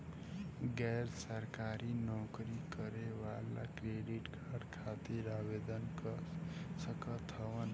गैर सरकारी नौकरी करें वाला क्रेडिट कार्ड खातिर आवेदन कर सकत हवन?